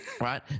Right